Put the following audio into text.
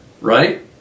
right